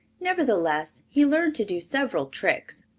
nevertheless he learned to do several tricks.